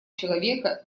человека